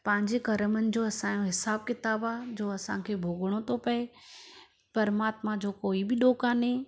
पंहिंजे कर्मनि जो असांजो हिसाबु किताब आहे जो असांखे भोगणो थो पए परमात्मा जो कोई बि डोह कोन्हे